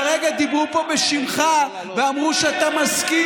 רק כרגע דיברו פה בשמך ואמרו שאתה מסכים